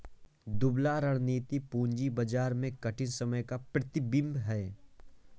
दुबला रणनीति पूंजी बाजार में कठिन समय का प्रतिबिंब है